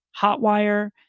Hotwire